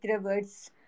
words